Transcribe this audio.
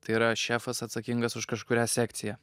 tai yra šefas atsakingas už kažkurią sekciją